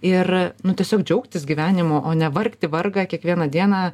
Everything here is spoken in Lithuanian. ir tiesiog džiaugtis gyvenimu o ne vargti vargą kiekvieną dieną